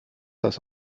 das